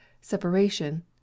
separation